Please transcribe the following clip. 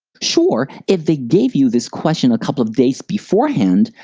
sure, if they gave you this question a couple of days beforehand,